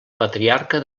patriarca